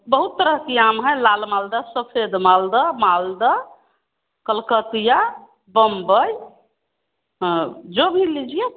बहुत तरह की आम है लाल मालदा सफेद मालदा मालद कलकतिया बंबई और जो हो लीजिए